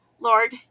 Lord